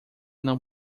não